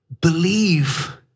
believe